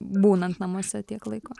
būnant namuose tiek laiko